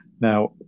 Now